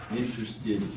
interested